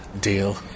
deal